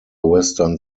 western